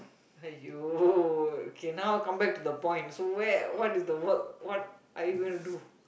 !aiyo! okay now come back to the point so where what is the work what are you going to do